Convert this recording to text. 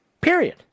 period